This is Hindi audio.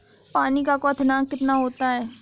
पानी का क्वथनांक कितना होता है?